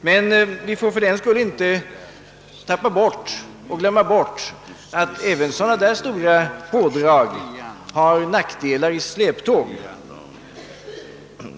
Men fördenskull får vi inte glömma att även dessa stora pådrag har nackdelar i släptåget.